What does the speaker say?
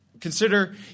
Consider